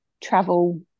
travel